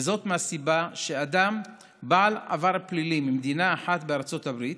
וזאת מהסיבה שאדם בעל עבר פלילי ממדינה אחת בארצות הברית